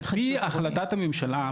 על פי החלטת הממשלה,